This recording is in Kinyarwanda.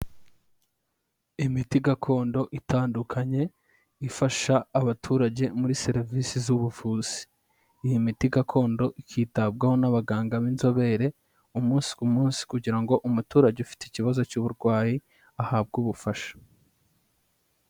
Imiti gakondo itandukanye ifasha abaturage muri serivisi z'ubuvuzi, iyi miti gakondo ikitabwaho n'abaganga b'inzobere umunsi ku munsi kugira ngo umuturage ufite ikibazo cy'uburwayi ahabwe ubufasha.